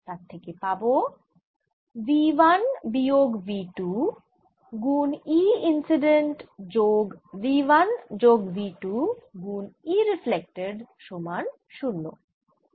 তার থেকে পাবো v 1 বিয়োগ v 2 গুন E ইন্সিডেন্ট যোগ v 1 যোগ v 2 গুন E রিফ্লেক্টেড সমান 0